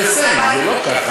זה הישג, זה לא ככה.